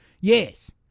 yes